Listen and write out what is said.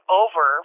over